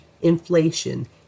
inflation